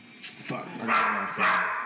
fuck